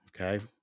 okay